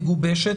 מגובשת.